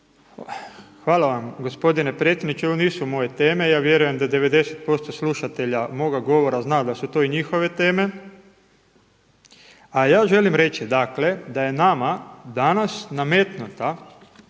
Hvala lijepo predsjedniče Sabora. Ovo nisu moje teme, ja vjerujem da 90% slušatelja moga govora zna da su to i njihove teme. A ja želim reći dakle da je nama danas nametnuta